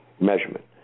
measurement